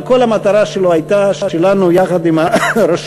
אבל כל המטרה שלו הייתה שלנו, יחד עם הרשויות,